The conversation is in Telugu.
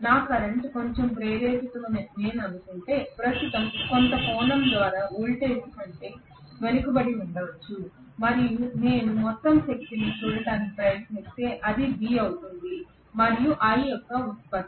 నా కరెంట్ కొంచెం ప్రేరేపితమని నేను అనుకుంటే ప్రస్తుతము కొంత కోణం ద్వారా వోల్టేజ్ కంటే వెనుకబడి ఉండవచ్చు మరియు నేను మొత్తం శక్తిని చూడటానికి ప్రయత్నిస్తే అది V మరియు I యొక్క ఉత్పత్తి